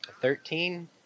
Thirteen